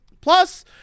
Plus